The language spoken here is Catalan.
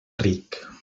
ric